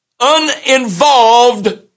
Uninvolved